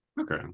okay